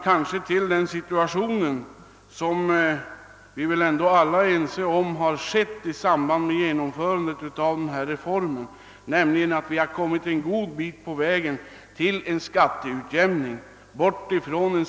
Vi är väl alla ense om att vi i och med genomförandet av 1965 års reform har kommit en god bit på väg till en skatteutjämning.